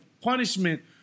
punishment